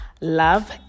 Love